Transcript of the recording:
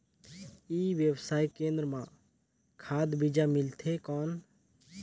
ई व्यवसाय केंद्र मां खाद बीजा मिलथे कौन?